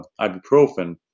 ibuprofen